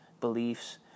beliefs